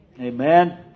Amen